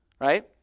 Right